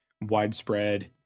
widespread